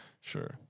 Sure